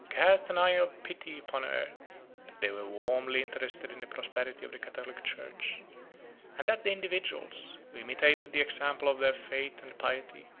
cast an eye of pity upon earth that they were warmly interested in the prosperity of the catholic church and that the individuals, who imitated the example of their faith and piety,